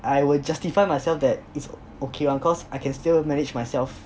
I will justify myself that it's okay [one] I can still manage myself